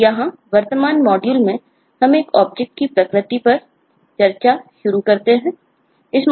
तो यहाँ वर्तमान मॉड्यूल में हम एक ऑब्जेक्ट को समझना है